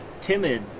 timid